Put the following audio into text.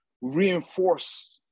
reinforce